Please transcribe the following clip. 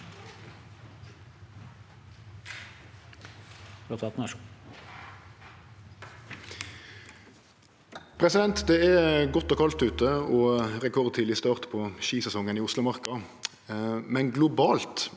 Det er godt og kaldt ute og rekordtidleg start på skisesongen i Oslomarka. Men globalt